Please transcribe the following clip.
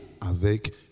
avec